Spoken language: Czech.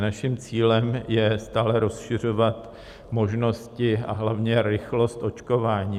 Naším cílem je stále rozšiřovat možnosti, a hlavně rychlost očkování.